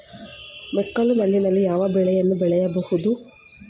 ಮೆಕ್ಕಲು ಮಣ್ಣಿನಲ್ಲಿ ಯಾವ ಬೆಳೆಯನ್ನು ಬೆಳೆಯಬಹುದು?